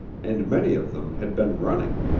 and many of them had been running.